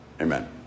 Amen